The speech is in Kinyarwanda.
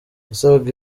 yasabaga